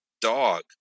dog